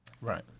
Right